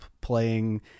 playing